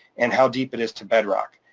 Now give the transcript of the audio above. and how deep it is to bedrock.